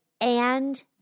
and-